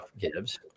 gives